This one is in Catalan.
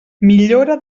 millora